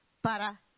para